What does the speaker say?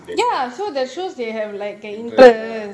ya so that shows they have like interest